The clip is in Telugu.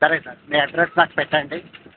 సరే సార్ మీ అడ్రస్ నాకు పెట్టండి